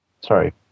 sorry